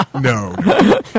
No